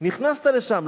נכנסת לשם,